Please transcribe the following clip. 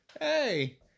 Hey